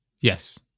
Yes